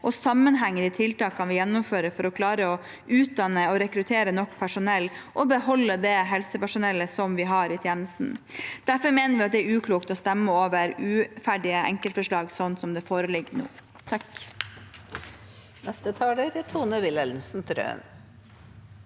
og sammenheng i de tiltakene vi gjennomfører for å klare å utdanne og rekruttere nok personell, og beholde det helsepersonellet vi har, i tjenesten. Derfor mener vi at det er uklokt å stemme over uferdige enkeltforslag, som det som foreligger nå.